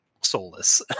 soulless